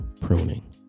pruning